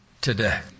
today